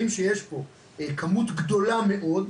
אנחנו רואים שיש פה כמות גדולה מאוד,